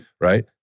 right